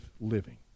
living